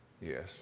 Yes